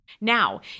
Now